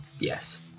Yes